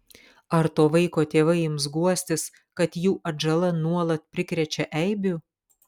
ar to vaiko tėvai ims guostis kad jų atžala nuolat prikrečia eibių